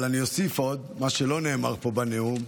אבל אני אוסיף עוד, מה שלא נאמר בנאום,